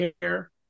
care